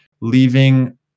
leaving